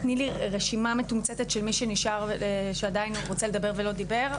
תני לי רשימה מתומצתת של מי שעדיין רוצה לדבר ולא דיבר,